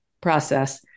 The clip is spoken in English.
process